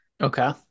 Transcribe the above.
Okay